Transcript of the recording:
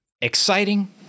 exciting